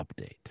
update